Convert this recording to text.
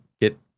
get